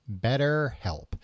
BetterHelp